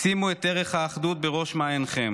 שימו את ערך האחדות בראש מעיינכם,